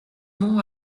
nom